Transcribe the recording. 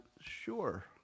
Sure